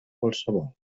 qualsevol